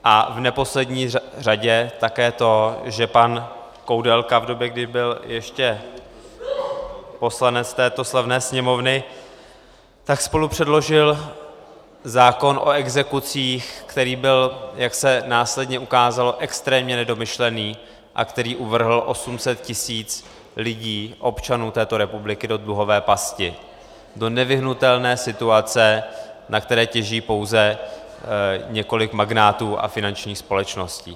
A v neposlední řadě také to, že pan Koudelka v době, kdy byl ještě poslancem této slavné Sněmovny, spolupředložil zákon o exekucích, který byl, jak se následně ukázalo, extrémně nedomyšlený a který uvrhl 800 tisíc lidí, občanů této republiky, do dluhové pasti, do nevyhnutelné situace, ze které těží pouze několik magnátů a finančních společností.